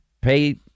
Pay